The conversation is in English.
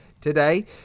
today